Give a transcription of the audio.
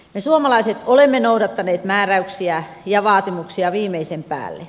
me suomalaiset olemme noudattaneet määräyksiä ja vaatimuksia viimeisen päälle